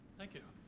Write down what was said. thank you.